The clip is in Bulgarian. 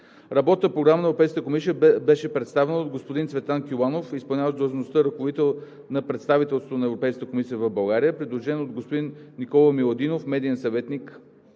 Работната програма на Европейската комисия беше представена от господин Цветан Кюланов – изпълняващ длъжността ръководител на Представителството на Европейската комисия в България, придружен от господин Никола Миладинов – медиен съветник